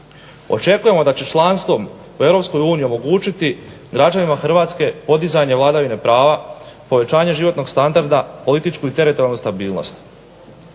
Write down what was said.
Očekujemo da će članstvom u Europskoj uniji omogućiti građanima Hrvatske podizanje vladavine prava, povećanje životnog standarda, političku i teritorijalnu stabilnost.